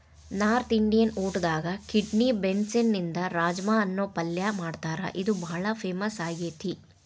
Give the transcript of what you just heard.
north Indian ಊಟದಾಗ kidney ಬೇನ್ಸ್ನಿಂದ ರಾಜ್ಮಾ ಅನ್ನೋ ಪಲ್ಯ ಮಾಡ್ತಾರ ಇದು ಬಾಳ ಫೇಮಸ್ ಆಗೇತಿ